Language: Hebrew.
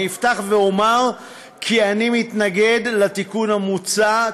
אני אפתח ואומר כי אני מתנגד לתיקון המוצע,